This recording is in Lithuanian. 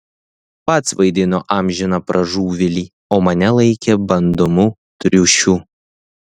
pats vaidino amžiną pražuvėlį o mane laikė bandomu triušiu